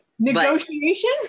Negotiation